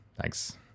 Thanks